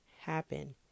happen